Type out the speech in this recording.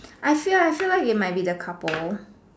I feel I feel like it might be the couple